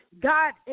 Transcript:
God